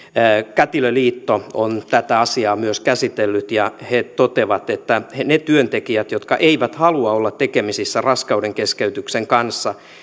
kätilöliitto on tätä asiaa käsitellyt ja he toteavat että ne työntekijät jotka eivät halua olla tekemisissä raskaudenkeskeytyksen kanssa joko